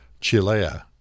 Chilea